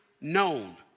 known